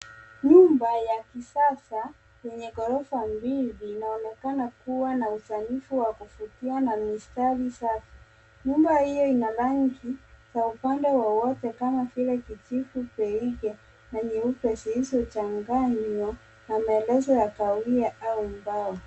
Nyumba ya kisasa yenye ghorofa mbili. Inaonekana kuwa na usanifu wa kuvutia na mistari safi. Nyumba hio ina rangi ya upande wowote kama vile kijivu, beige na nyeupe zilizochanganywa na maelezo ya kahawia au mbao.